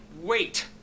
wait